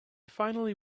finally